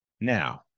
Now